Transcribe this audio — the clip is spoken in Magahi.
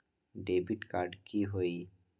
डेबिट कार्ड की होई?